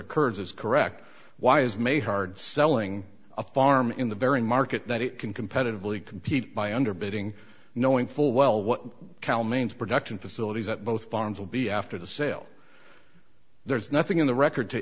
as correct why is may hard selling a farm in the very market that it can competitively compete by underbidding knowing full well what cal means production facilities at both farms will be after the sale there's nothing in the record to